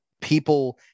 people